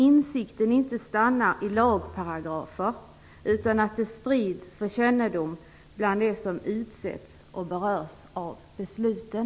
Insikten får inte stanna i lagparagrafer utan skall spridas för kännedom till de som utsätts för övergreppen och de som berörs av besluten.